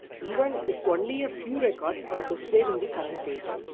even if only a few records are displayed in the current page.